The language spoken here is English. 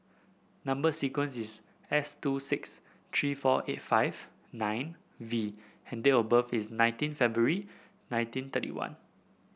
number sequence is S two six three four eight five nine V and date of birth is nineteen February nineteen thirty one